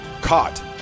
caught